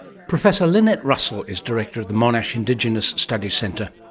professor lynette russell is director of the monash indigenous studies centre